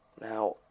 Now